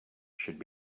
should